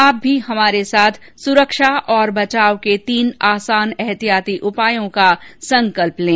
आप भी हमारे साथ सुरक्षा और बचाव के तीन आसान एहतियाती उपायों का संकल्प लें